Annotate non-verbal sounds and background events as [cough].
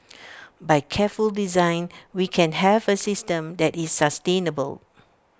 [noise] by careful design we can have A system that is sustainable